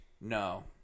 No